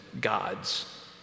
God's